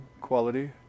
quality